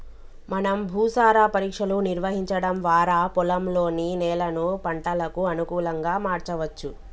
మనం భూసార పరీక్షలు నిర్వహించడం వారా పొలంలోని నేలను పంటలకు అనుకులంగా మార్చవచ్చు